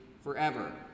forever